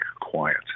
quiet